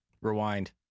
Rewind